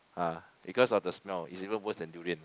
ah because of the smell it's even worse than durian